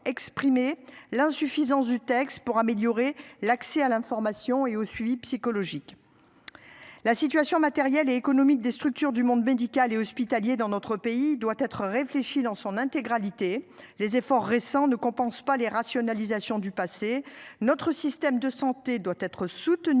l'insuffisance du texte pour améliorer l'accès à l'information et au suivi psychologique. La situation matérielle, économique des structures du monde médical et hospitalier dans notre pays doit être réfléchi dans son intégralité les efforts récents ne compense pas les rationalisations du passé. Notre système de santé doit être soutenu